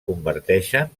converteixen